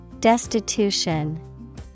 Destitution